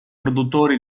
produttori